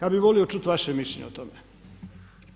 Ja bih volio čuti vaše mišljenje o tome.